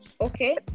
okay